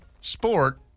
sport